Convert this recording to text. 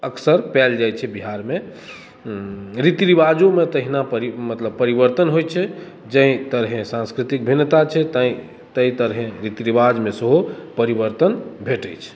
अक्सर पाओल जाइ छै बिहार मे रीति रिवाजो मे तहिना मतलब परिवर्तन होइ छै जाहि तरहे सान्स्कृतिक भिन्नता छै ताहि तरहे रीति रिवाज मे सेहो परिवर्तन भेटै छै